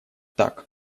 так